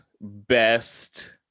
best